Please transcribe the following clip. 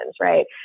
right